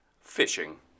Fishing